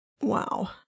Wow